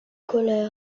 colère